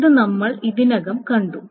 ഇത് നമ്മൾ ഇതിനകം കണ്ടു